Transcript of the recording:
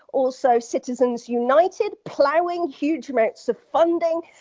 also citizens united plowing huge amounts of funding,